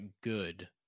good